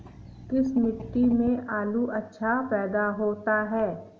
किस मिट्टी में आलू अच्छा पैदा होता है?